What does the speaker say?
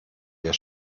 der